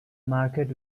market